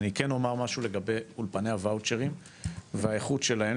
אני כן אומר משהו לגבי אולפני הוואוצ'רים והאיכות שלהם,